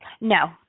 no